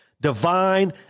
divine